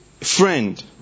friend